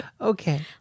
Okay